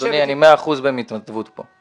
אדוני, אני מאה אחוז בהתנדבות פה.